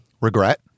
Regret